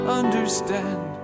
understand